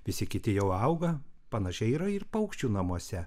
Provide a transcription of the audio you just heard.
visi kiti jau auga panašiai yra ir paukščių namuose